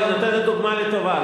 היא נותנת דוגמה לטובה,